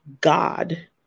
God